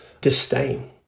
disdain